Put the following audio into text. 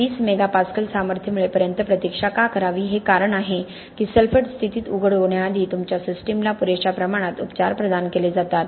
20 mega pascal सामर्थ्य मिळेपर्यंत प्रतीक्षा का करावी हे कारण आहे की सल्फेट स्थितीत उघड होण्याआधी तुमच्या सिस्टमला पुरेशा प्रमाणात उपचार प्रदान केले जातात